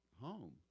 home